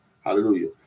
Hallelujah